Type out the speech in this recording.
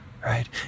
Right